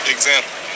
Example